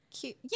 cute